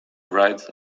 ride